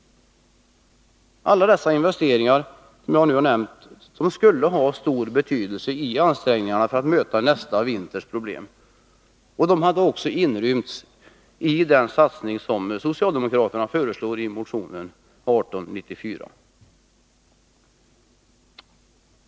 Alla dessa investeringar som jag nu har nämnt skulle ha stor betydelse i ansträngningarna för att minska nästa vinters problem, och de hade inrymts i den satsning som socialdemokraterna föreslår i motionen 1894.